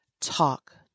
talk